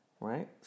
right